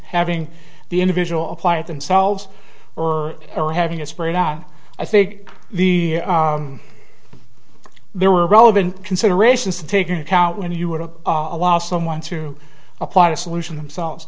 having the individual apply themselves or or having a spread out i think the there were relevant considerations to take into account when you were to allow someone to apply the solution themselves